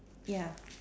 ya